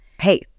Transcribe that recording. hey